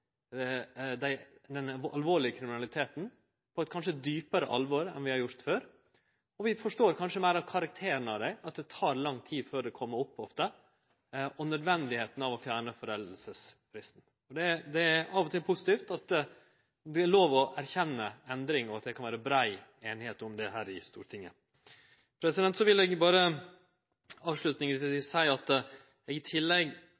dei forholda det her er snakk om – den alvorlege kriminaliteten – på eit kanskje djupare alvor enn vi har gjort før, og vi forstår kanskje meir av karakteren deira: Det tek ofte lang tid før dei kjem opp. Og vi forstår kanskje betre nødvendigheita av å forandre foreldingsfristen. Det er av og til positivt at det er lov å erkjenne endring, og at det kan vere brei einigheit om det her i Stortinget. Avslutningsvis vil eg berre seie at eg i tillegg